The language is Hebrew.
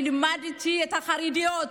אני לימדתי את החרדיות,